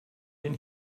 den